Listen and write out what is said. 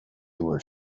were